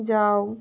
যাও